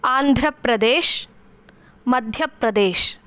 आन्ध्रप्रदेशः मध्यप्रदेशः